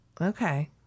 Okay